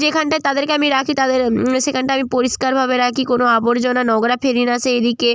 যেখানটায় তাদেরকে আমি রাখি তাদের সেখানটা আমি পরিষ্কারভাবে রাখি কোনো আবর্জনা নোংরা ফেলি না সেই দিকে